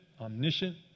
omniscient